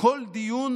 כל דיון